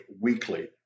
weekly